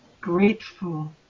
grateful